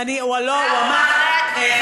הוא תיקן את זה אחרי זה.